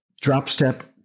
drop-step